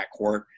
backcourt